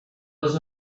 was